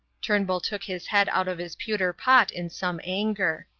turnbull took his head out of his pewter pot in some anger.